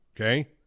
okay